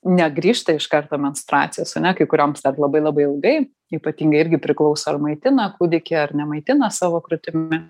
negrįžta iš karto menstruacijos ane kai kurioms dar labai labai ilgai ypatingai irgi priklauso ar maitina kūdikį ar nemaitina savo krūtimi